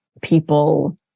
people